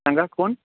सांगा कोण